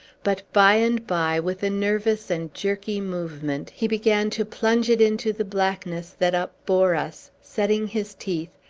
but, by and by, with a nervous and jerky movement, he began to plunge it into the blackness that upbore us, setting his teeth,